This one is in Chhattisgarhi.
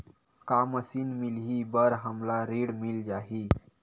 का मशीन मिलही बर हमला ऋण मिल जाही?